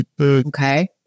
Okay